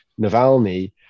Navalny